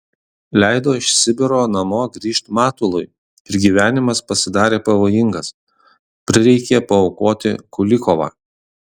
leido iš sibiro namo grįžt matului ir gyvenimas pasidarė pavojingas prireikė paaukoti kulikovą